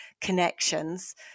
connections